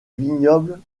vignobles